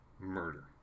murder